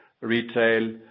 retail